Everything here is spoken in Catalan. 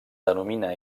denomina